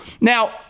Now